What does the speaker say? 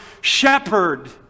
shepherd